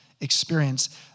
experience